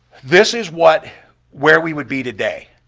this is what where we would be today,